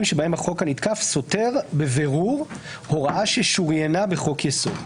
שבהם החוק הנתקף סותר בבירור הוראה ששוריינה בחוק יסוד.